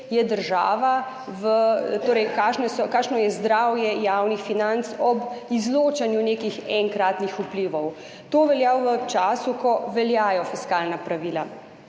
je država, torej kakšno je zdravje javnih financ ob izločanju nekih enkratnih vplivov. To velja v času, ko veljajo fiskalna pravila.